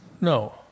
No